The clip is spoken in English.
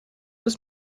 was